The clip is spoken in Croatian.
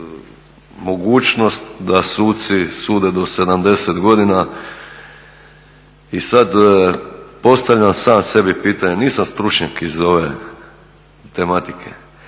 mogućnost da suci sude do 70 godina i sada postavljam sam sebi pitanje, nisam stručnjak iz ove tematike,